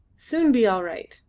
soon be all right,